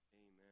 amen